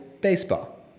baseball